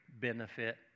benefit